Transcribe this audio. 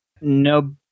No